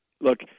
Look